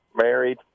married